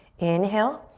inhale.